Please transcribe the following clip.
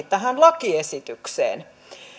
tähän lakiesitykseen